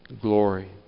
glory